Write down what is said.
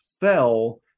fell